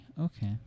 Okay